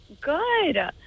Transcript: Good